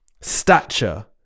stature